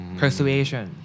persuasion